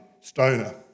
stoner